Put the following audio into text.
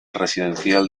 residencial